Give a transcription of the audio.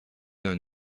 d’un